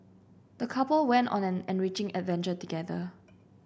the couple went on an enriching adventure together